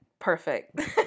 perfect